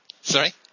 Sorry